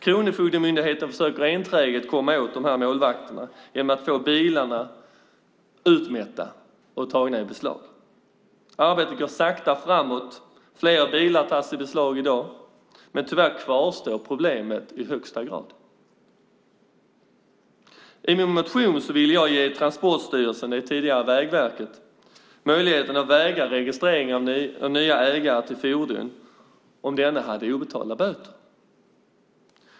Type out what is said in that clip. Kronofogdemyndigheten försöker enträget komma åt dessa målvakter genom att få bilarna utmätta och tagna i beslag. Arbetet går sakta framåt. Flera bilar tas i beslag i dag, men tyvärr kvarstår problemet i högsta grad. I min motion ville jag ge Transportstyrelsen, tidigare Vägverket, möjligheten att vägra registrering av nya ägare till fordon om de hade obetalda böter.